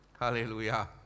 hallelujah